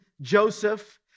Joseph